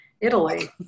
italy